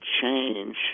change